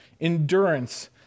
endurance